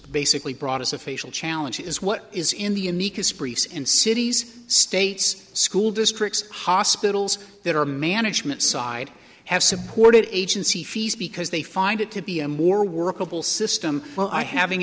basically brought as a facial challenge is what is in the amicus briefs and cities states school districts hospitals that are management side have supported agency fees because they find it to be a more workable system while i having